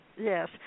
Yes